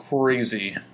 crazy